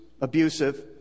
abusive